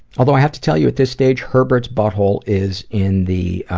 although i have to tell you at this stage, herbert's butthole is in the ah,